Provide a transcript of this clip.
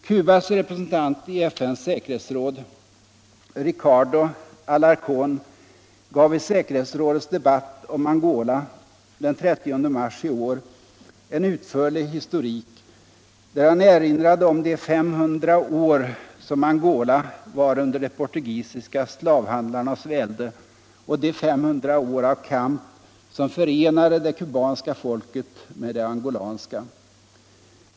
Cubas representant i FN:s säkerhetsråd Ricardo Alarcéön gav i säkerhetsrådets debatt om Angola den 30 mars i år en utförlig historik, där han erinrade om de 500 år som Angola var under de portugisiska slavhandlarnas välde och de 500 år av kamp som förenade det kubanska folket med det angolanska.